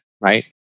right